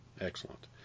Excellent